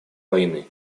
войны